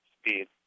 speed